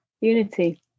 unity